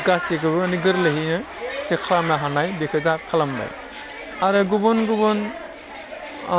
गासैखौबो माने गोरलैहैनो जे खालामनो हानाय बेखौ दा खालामबाय आरो गुबुन गुबुन